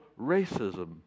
racism